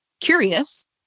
curious